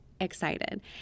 excited